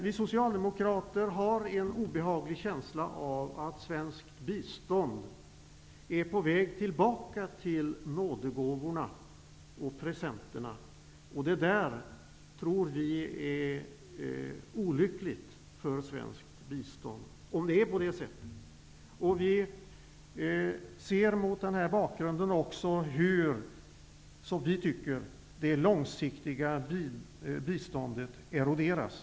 Vi socialdemokrater har en obehaglig känsla av att svenskt bistånd är på väg tillbaka till nådegåvorna och presenterna. Vi tror att det är olyckligt för svenskt bistånd om det är på det sättet. Vi ser mot denna bakgrund, enligt vår mening, hur det långsiktiga biståndet eroderas.